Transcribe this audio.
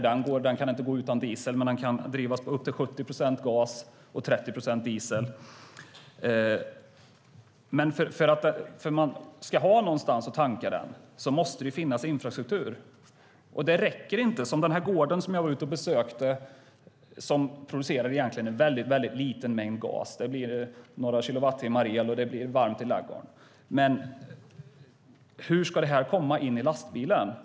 Den kan inte gå utan diesel, men den kan drivas på 70 procent gas och 30 procent diesel. För att man ska ha någonstans att tanka den måste det dock finnas infrastruktur. Den gård jag var ute och besökte producerade egentligen en väldigt liten mängd gas - det blir några kilowattimmar el, och det blir varmt i ladugården. Men hur ska detta komma in i lastbilen?